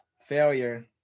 failure